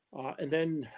and then